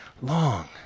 long